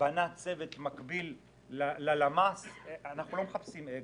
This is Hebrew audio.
בנה צוות מקביל ללהמ"ס - אנחנו לא מחפשים אגו.